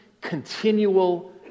continual